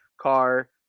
car